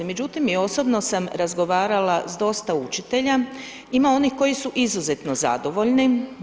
Međutim, i osobno sam razgovarala sa dosta učitelja, ima onih koji su izuzetno zadovoljni.